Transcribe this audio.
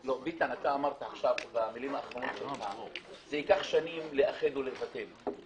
אתה אמרת עכשיו במלים האחרונות שלך "זה ייקח שנים לאחד ולבטל",